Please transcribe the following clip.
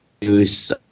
use